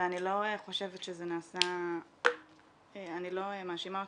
ואני לא חושבת שזה נעשה --- אני לא מאשימה אותך,